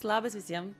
labas visiem